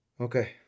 Okay